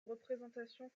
représentations